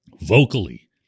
vocally